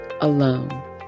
alone